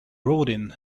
rodin